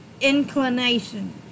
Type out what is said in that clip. inclination